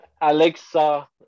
Alexa